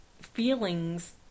feelings